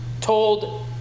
told